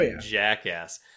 jackass